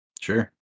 Sure